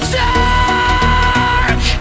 dark